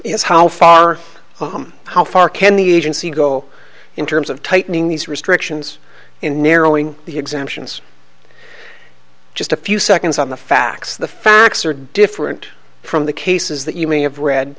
is how far how far can the agency go in terms of tightening these restrictions in narrowing the exemptions just a few seconds on the facts the facts are different from the cases that you may have read